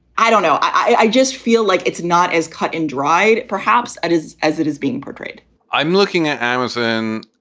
i don't know. i just feel like it's not as cut and dried. perhaps it is as it is being portrayed i'm looking at amazon.